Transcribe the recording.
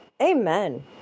amen